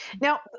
Now